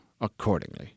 accordingly